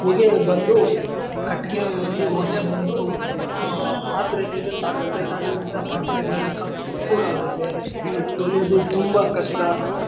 ಹೊಗೆ ಬಂದು ಕಟ್ಟಿಗೆಯಲ್ಲಿ ಹೊಗೆ ಬಂದು ಪಾತ್ರೆಗಳಿಗೆ ತಾಗುತ್ತೆ ತಾಗೋದ್ರಿಂದ ಪಾತ್ರೆಗಳೆಲ್ಲ ಕಪ್ಪಗೆ ಆಗುತ್ತೆ ಇವು ತೊಳೆಯೋದು ತುಂಬ ಕಷ್ಟ